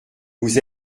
vous